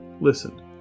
listen